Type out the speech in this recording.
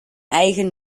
eigen